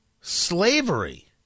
slavery